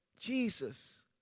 Jesus